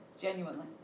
genuinely